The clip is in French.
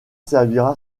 servira